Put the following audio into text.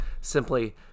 simply